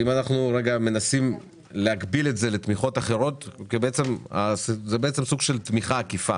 זה בעצם סוג של תמיכה עקיפה